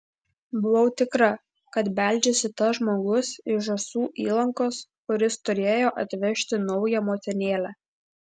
buvau tikra kad beldžiasi tas žmogus iš žąsų įlankos kuris turėjo atvežti naują motinėlę